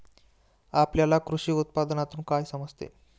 आपल्याला कृषी उत्पादनातून काय समजते?